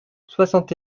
soixante